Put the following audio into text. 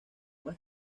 más